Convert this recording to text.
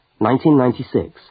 1996